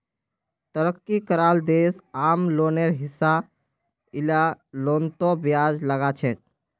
तरक्की कराल देश आम लोनेर हिसा इला लोनतों ब्याज लगाछेक